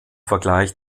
vergleich